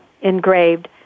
engraved